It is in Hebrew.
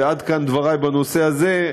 ועד כאן דברי בנושא הזה.